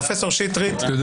פרופ' שטרית, בבקשה.